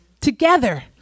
together